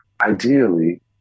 ideally